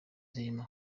zirimo